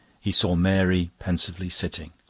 he saw mary pensively sitting.